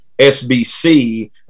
SBC